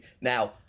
Now